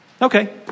Okay